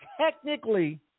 technically